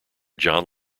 john